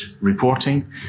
reporting